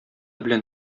белән